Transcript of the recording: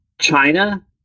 China